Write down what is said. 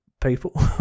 people